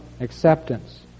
acceptance